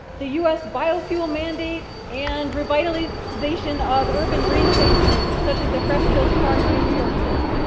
the u s. biofuel mandate, and revitalization of urban green spaces, such as the fresh kills park near new york city.